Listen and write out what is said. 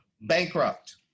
bankrupt